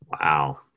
Wow